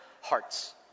hearts